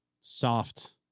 soft